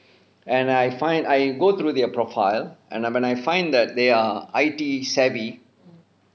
and I find I go through their profile and when I find that they are I_T savvy